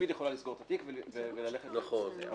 יכול לסגור את התיק וללכת אבל